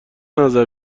نظر